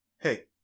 hey